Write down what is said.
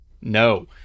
no